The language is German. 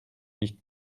nicht